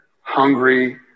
hungry